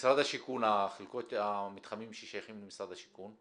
משרד השיכון, איזה מתחמים שייכים למשרד השיכון?